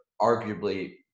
arguably